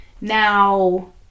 Now